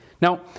Now